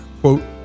Quote